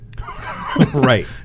Right